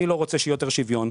מי לא רוצה שיהיה יותר שוויון?